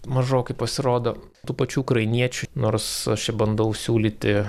mažokai pasirodo tų pačių ukrainiečių nors aš čia bandau siūlyti